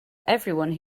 everyone